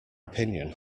opinion